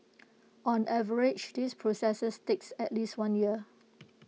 on average this processes takes at least one year